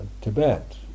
Tibet